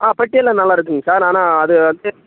ஆ பெட்டி எல்லாம் நல்லாயிருக்குங்க சார் ஆனால் அது வந்து